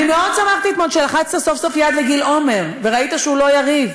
אני מאוד שמחתי אתמול כשלחצת סוף-סוף יד לגיל עומר וראית שהוא לא יריב,